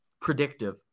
predictive